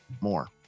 more